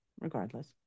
regardless